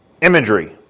imagery